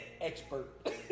expert